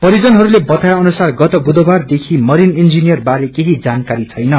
परिजनहरूले बताए अनुसार गत वुधबार देखि मरीन इजिनियर बारे केही जानकारी छैन